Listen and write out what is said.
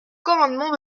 commandement